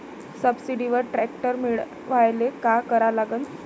सबसिडीवर ट्रॅक्टर मिळवायले का करा लागन?